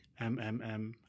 MMM